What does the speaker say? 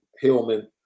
Hillman